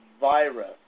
virus